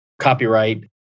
copyright